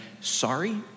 sorry